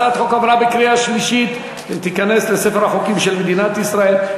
הצעת החוק עברה בקריאה שלישית ותיכנס לספר החוקים של מדינת ישראל.